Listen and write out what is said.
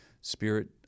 spirit